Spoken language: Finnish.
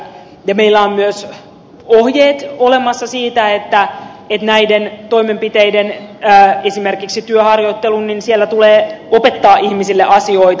meillä on olemassa myös ohjeet siitä että näiden toimenpiteiden esimerkiksi työharjoittelun tulee tähdätä siihen että ihmisille opetetaan asioita